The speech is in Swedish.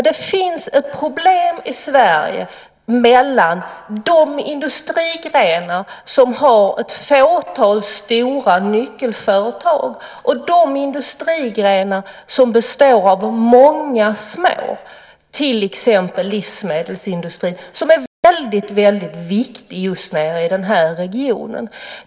Det finns ett problem i Sverige mellan de industrigrenar som har ett fåtal stora nyckelföretag och de industrigrenar som består av många små, till exempel livsmedelsindustrin, som är väldigt viktig just nere i den här regionen.